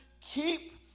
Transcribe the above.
keep